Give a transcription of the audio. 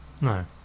No